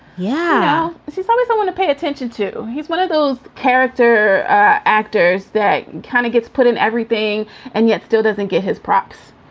yeah, she's always i want to pay attention to he's one of those character actors that kind of gets put in everything and yet still doesn't get his props